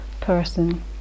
person